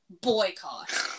Boycott